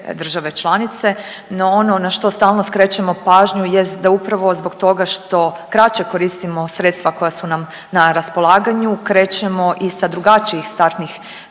države članice. No ono na što stalno skrećemo pažnju jest da upravo zbog toga što kraće koristimo sredstva koja su nam na raspolaganju krećemo i sa drugačijih startnih